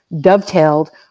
dovetailed